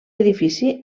edifici